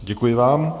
Děkuji vám.